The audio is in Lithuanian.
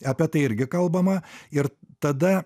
apie tai irgi kalbama ir tada